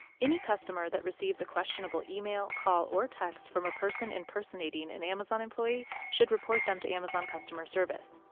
any customer that receives a questionable email, call or text from a person impersonating an and amazon employee should report them to amazon customer service.